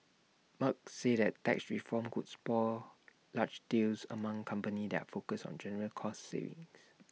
Merck said that tax reform could spur large deals among companies that are focused on general cost savings